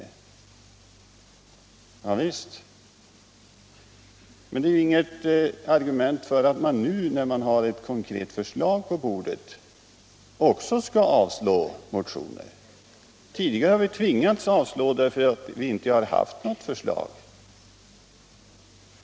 Ja visst, men det är inget argument för att man nu — när man har ett konkret förslag på bordet — också skall avslå motioner. Tidigare har vi tvingats avslå dem därför att vi inte haft något förslag.